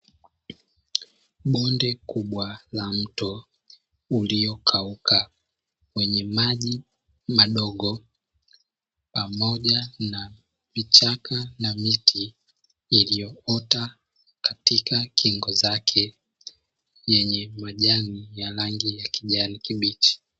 Bonde kubwa la mto uliokauka wenye maji madogo pamoja na vichaka na miti, iliyoota katika kingo zake yenye majani ya rangi ya kijani kibichi.